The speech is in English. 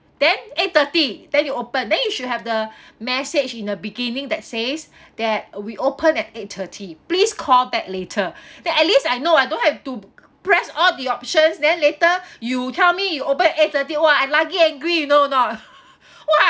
then eight thirty then you open then you should have the message in the beginning that says that we open at eight thirty please call back later then at least I know I don't have to press all the options then later you tell me you open at eight thirty !wah! I lagi angry you know or not !wah!